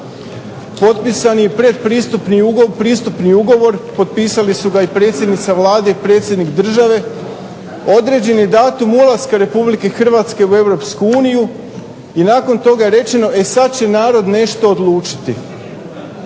Potpisan je i pretpristupni ugovor, potpisali su ga i predsjednica Vlade i predsjednik Države određen je datum ulaska Hrvatske u Europsku uniju i nakon toga je rečeno sada će narod nešto odlučiti.